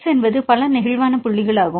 x என்பது பல நெகிழ்வான புள்ளிகளாகும்